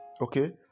Okay